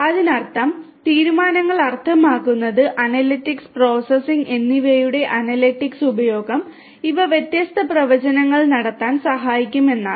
അതിനർത്ഥം തീരുമാനങ്ങൾ അർത്ഥമാക്കുന്നത് അനലിറ്റിക്സ് പ്രോസസ്സിംഗ് എന്നിവയുടെ അനലിറ്റിക്സ് ഉപയോഗം ഇവ വ്യത്യസ്ത പ്രവചനങ്ങൾ നടത്താൻ സഹായിക്കും എന്നാണ്